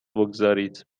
بگذارید